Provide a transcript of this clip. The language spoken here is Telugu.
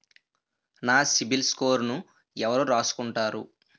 నా సిబిల్ స్కోరును ఎవరు రాసుకుంటారు